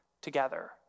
together